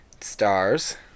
Stars